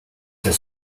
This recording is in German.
hier